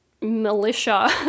militia